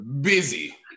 Busy